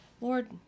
Lord